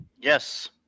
yes